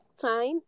time